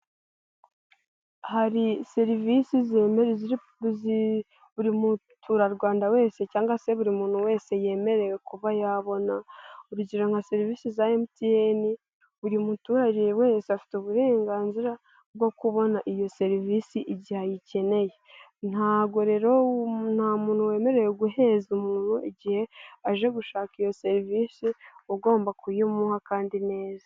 Hari serivisi buri muturarwanda wese cyangwa se buri muntu wese yemerewe kuba yabona urugero nka serivisi za mtn buri muturage wese afite uburenganzira bwo kubona iyo serivisi igihe ayikeneye ntago rero nta muntu wemerewe guhezwa umuntu igihe aje gushaka iyo serivisi ugomba kuyimuha kandi neza.